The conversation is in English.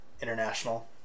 International